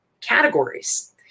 categories